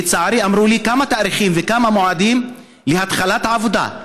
לצערי אמרו לי כמה תאריכים וכמה מועדים להתחלת העבודה.